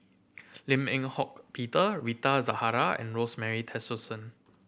Lim Eng Hock Peter Rita Zahara and Rosemary Tessensohn